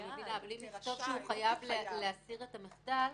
אם נכתוב שהוא חייב להסיר את המחדל,